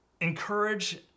Encourage